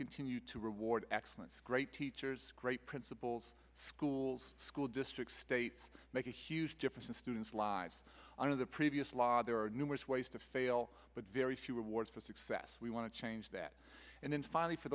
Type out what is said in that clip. continue to reward excellence great teachers great principals schools school districts states make a huge difference in students lives under the previous law there are numerous ways to fail but very few rewards for success we want to change that and then finally for